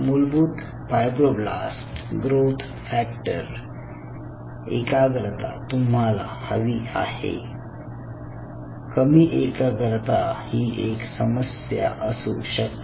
मूलभूत fibroblast growth factor एकाग्रता तुम्हाला हवी आहे कमी एकाग्रता ही एक समस्या असू शकते